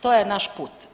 To je naš put.